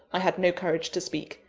i had no courage to speak,